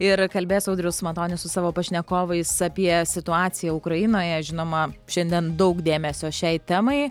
ir kalbės audrius matonis su savo pašnekovais apie situaciją ukrainoje žinoma šiandien daug dėmesio šiai temai